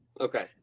Okay